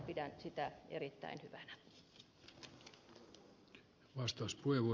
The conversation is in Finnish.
pidän sitä erittäin hyvänä